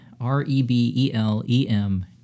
R-E-B-E-L-E-M